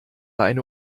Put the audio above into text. eine